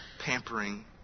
pampering